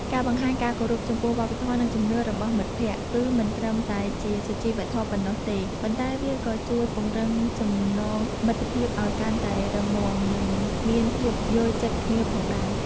ការបង្ហាញការគោរពចំពោះវប្បធម៌ និងជំនឿរបស់មិត្តភក្តិ គឺមិនត្រឹមតែជាសុជីវធម៌ប៉ុណ្ណោះទេ ប៉ុន្តែវាក៏ជួយពង្រឹងចំណងមិត្តភាពឲ្យកាន់តែរឹងមាំ និងមានភាពយល់ចិត្តគ្នាផងដែរ។